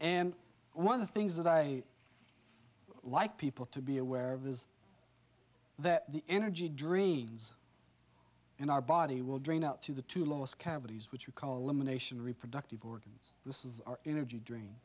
and one of the things that i like people to be aware of is that the energy dreams in our body will drain out to the to last cavities which we call elimination reproductive organs this is our energy dr